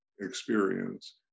experience